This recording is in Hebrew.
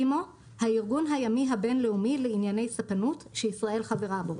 "אימ"ו" הארגון הימי הבין-לאומי לענייני ספנות שישראל חברה בו,